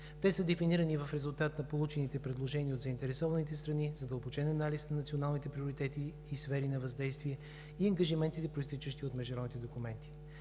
Те са дефинирани в резултат на получените предложения от заинтересованите страни и на задълбочен анализ на националните приоритети и сфери на въздействие, и от ангажиментите, произтичащи от международните документи.